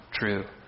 true